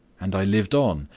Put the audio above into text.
and i lived on,